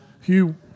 Hugh